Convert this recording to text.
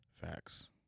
Facts